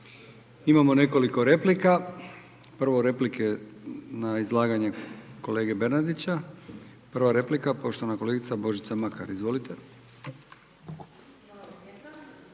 Imamo nekoliko replika, prvo replike na izlaganje kolege Bernardića, prva replika poštovana kolegica Božica Makar, izvolite.